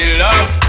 love